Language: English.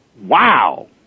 Wow